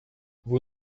vous